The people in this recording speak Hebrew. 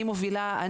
אני מובילה,